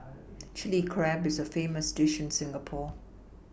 Chilli Crab is a famous dish in Singapore